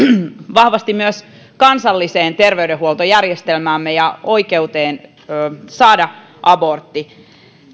vahvasti myös kansalliseen terveydenhuoltojärjestelmäämme ja oikeuteen saada abortti